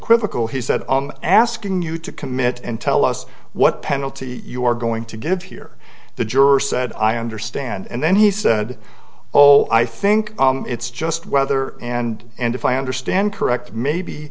ocal he said i'm asking you to commit and tell us what penalty you are going to give here the juror said i understand and then he said oh i think it's just whether and and if i understand correct maybe